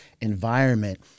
environment